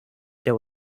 there